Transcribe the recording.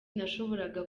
nashoboraga